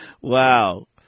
Wow